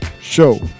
show